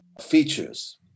features